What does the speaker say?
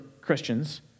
Christians